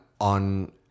on